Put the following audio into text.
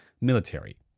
military